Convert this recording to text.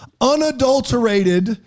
unadulterated